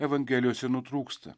evangelijose nutrūksta